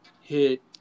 hit